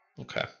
Okay